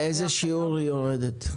באיזה שיעור היא יורדת?